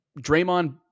Draymond